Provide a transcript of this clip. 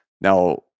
Now